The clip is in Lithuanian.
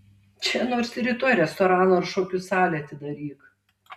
čia nors ir rytoj restoraną ar kokią šokių salę atidaryk